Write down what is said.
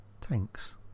thanks